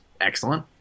excellent